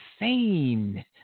insane